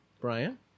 Brian